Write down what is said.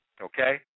okay